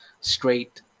straight